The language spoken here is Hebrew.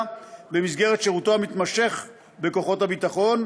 במסגרת שירותו המתמשך בכוחות הביטחון,